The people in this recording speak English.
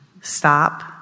stop